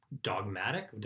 dogmatic